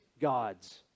God's